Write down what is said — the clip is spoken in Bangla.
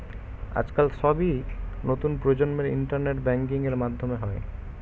আজকাল সবই নতুন প্রজন্মের ইন্টারনেট ব্যাঙ্কিং এর মাধ্যমে হয়